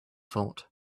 thought